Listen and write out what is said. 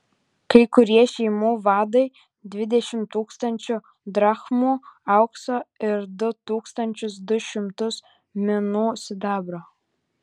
kai kurie šeimų vadai dvidešimt tūkstančių drachmų aukso ir du tūkstančius du šimtus minų sidabro